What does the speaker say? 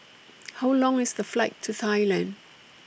How Long IS The Flight to Thailand